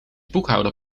boekhouder